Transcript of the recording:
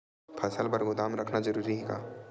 फसल बर गोदाम रखना जरूरी हे का?